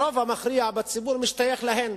הרוב המכריע בציבור משתייך להן